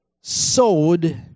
sowed